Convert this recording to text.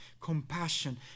compassion